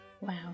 Wow